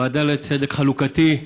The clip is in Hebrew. הוועדה לצדק חלוקתי,